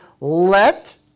Let